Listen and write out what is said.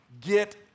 Get